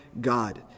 God